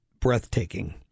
breathtaking